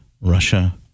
Russia